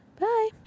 Bye